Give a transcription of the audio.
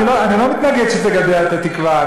אני לא מתנגד שתגדע את התקווה,